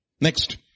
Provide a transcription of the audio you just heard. Next